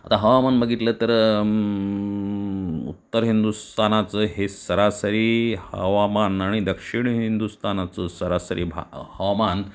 आता हवामान बघितलं तर उत्तर हिंदुस्तानाचं हे सरासरी हवामान आणि दक्षिण हिंदुस्तानाचं सरासरी भा हवामान